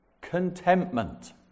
contentment